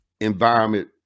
environment